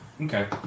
Okay